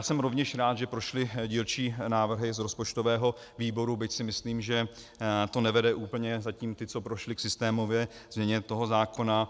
Jsem rovněž rád, že prošly dílčí návrhy z rozpočtového výboru, byť si myslím, že to nevede úplně, zatím ty, co prošly, k systémové změně zákona.